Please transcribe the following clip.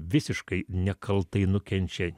visiškai nekaltai nukenčia